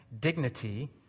Dignity